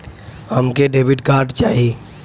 हमके debit card चाही?